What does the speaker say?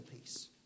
peace